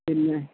പിന്നെ